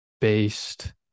based